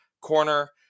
corner